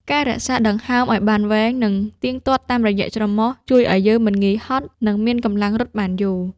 ការរក្សាដង្ហើមឱ្យបានវែង និងទៀងទាត់តាមរយៈច្រមុះ ជួយឱ្យយើងមិនងាយហត់ និងមានកម្លាំងរត់បានយូរ។